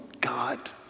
God